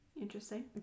Interesting